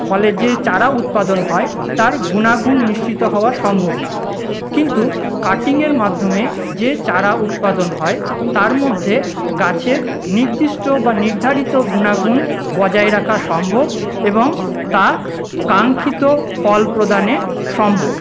ফলের যে চারা উৎপাদন হয় তার গুণাগুণ নিশ্চিত হওয়া সম্ভব নয় কিন্তু কাটিংয়ের মাধ্যমে যে চারা উৎপাদন হয় তার মধ্যে গাছের নির্দিষ্ট বা নির্ধারিত গুণাগুণ বজায় রাখা সম্ভব এবং তা কাঙ্ক্ষিত ফল প্রদানে সম্ভব